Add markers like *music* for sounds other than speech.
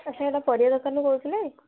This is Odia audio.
*unintelligible* ପରିବା ଦୋକାନରୁ କହୁଥିଲେ